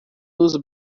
nos